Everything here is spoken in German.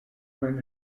mein